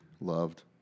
loved